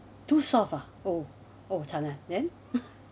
too soft ah oh oh chan ah then